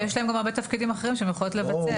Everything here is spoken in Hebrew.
ויש לנו גם הרבה תפקידים אחרים שהן יכולות לבצע,